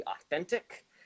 authentic